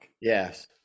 Yes